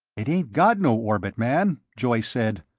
it ain't got no orbit, man, joyce said.